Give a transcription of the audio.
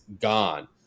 gone